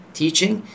teaching